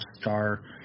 star